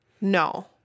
no